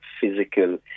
physical